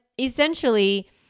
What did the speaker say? essentially